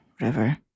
River